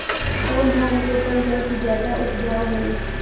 कौन धान रोपल जाई कि ज्यादा उपजाव होई?